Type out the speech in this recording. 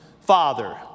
father